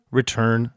return